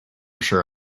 sure